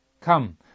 Come